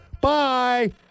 bye